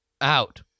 out